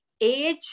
age